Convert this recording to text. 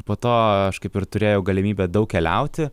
po to aš kaip ir turėjau galimybę daug keliauti